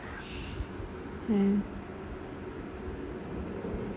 mm